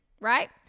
right